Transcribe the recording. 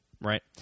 Right